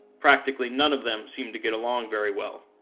practically none of them seem to get along very well.